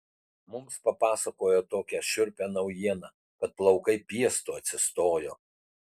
mums papasakojo tokią šiurpią naujieną kad plaukai piestu atsistojo